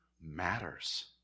matters